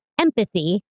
empathy